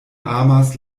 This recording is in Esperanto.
amas